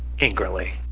angrily